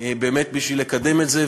באמת בשביל לקדם את זה.